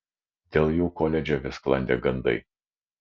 dėl jų koledže vis sklandė gandai